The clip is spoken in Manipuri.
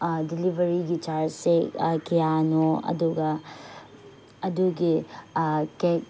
ꯗꯤꯂꯤꯕꯔꯤꯒꯤ ꯆꯥꯔꯖꯁꯦ ꯀꯌꯥꯅꯣ ꯑꯗꯨꯒ ꯑꯗꯨꯒꯤ ꯀꯦꯛ